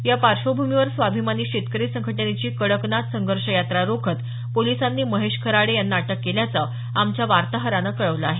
या पार्श्वभूमीवर स्वाभिमानी शेतकरी संघटनेची कडकनाथ संघर्ष यात्रा रोखत पोलिसांनी महेश खराडे यांना अटक केल्याचं आमच्या वार्ताहरान कळवलं आहे